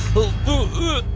ooh